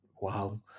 wow